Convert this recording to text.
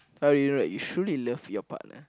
how do you know that you truly love your partner